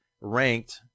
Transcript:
ranked